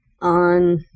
on